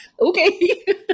Okay